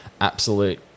absolute